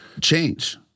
change